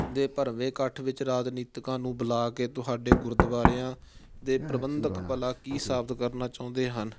ਦੇ ਭਰਵੇਂ ਇਕੱਠ ਵਿੱਚ ਰਾਜਨੀਤਿਕਾਂ ਨੂੰ ਬੁਲਾ ਕੇ ਤੁਹਾਡੇ ਗੁਰਦੁਆਰਿਆਂ ਦੇ ਪ੍ਰਬੰਧਕ ਭਲਾ ਕੀ ਸਾਬਿਤ ਕਰਨਾ ਚਾਹੁੰਦੇ ਹਨ